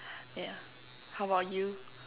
yeah how about you